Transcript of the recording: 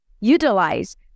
utilize